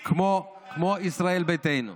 כן, כמו ישראל ביתנו.